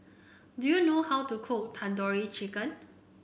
do you know how to cook Tandoori Chicken